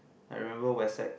I remember west side